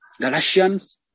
Galatians